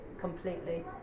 completely